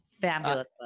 Fabulous